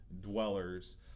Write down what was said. dwellers